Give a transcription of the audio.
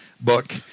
book